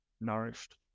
nourished